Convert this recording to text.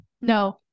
no